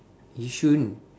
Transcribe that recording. yishun